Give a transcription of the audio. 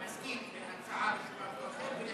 חבר הכנסת ג'מעה מסכים להצבעה ותשובה במועד אחר,